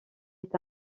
est